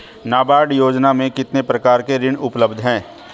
नाबार्ड योजना में कितने प्रकार के ऋण उपलब्ध हैं?